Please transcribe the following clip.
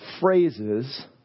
phrases